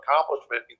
accomplishment